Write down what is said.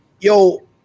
yo